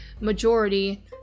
majority